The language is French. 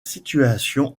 situation